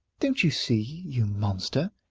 don't you see, you monster,